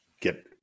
get